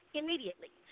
immediately